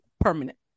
permanent